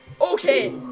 okay